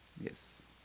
Yes